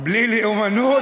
בלי נאמנות,